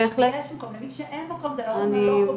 למי שאין מקום זה להורים הלא פוגעים,